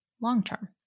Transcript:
long-term